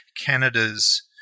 Canada's